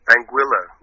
Anguilla